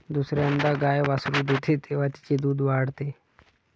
दुसर्यांदा गाय वासरू देते तेव्हा तिचे दूध वाढते